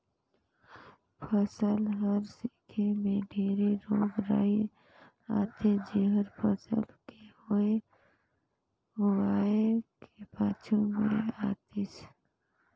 फसल हर संघे मे ढेरे रोग राई आथे जेहर फसल के होए हुवाए के पाछू मे आतिस